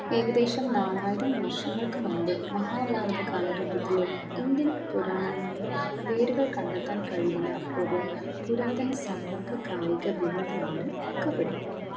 ഏകദേശം നാലായിരം വർഷങ്ങൾക്ക് മുൻപ് മഹാഭാരത കാലഘട്ടത്തിലെ ഇന്ത്യൻ പുരാണങ്ങളിൽ വേരുകൾ കണ്ടെത്താൻ കഴിയുന്ന ഒരു പുരാതന സമ്പർക്ക കായിക വിനോദമാണ് കബഡി